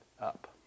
up